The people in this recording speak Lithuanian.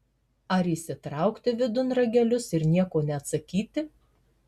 ar įsitraukti vidun ragelius ir nieko neatsakyti